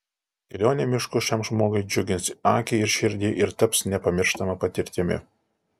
kelionė mišku šiam žmogui džiugins akį ir širdį ir taps nepamirštama patirtimi